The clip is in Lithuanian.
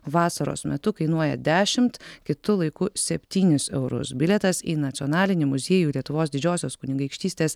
vasaros metu kainuoja dešimt kitu laiku septynis eurus bilietas į nacionalinį muziejų lietuvos didžiosios kunigaikštystės